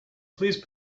please